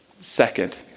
Second